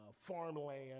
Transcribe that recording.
farmland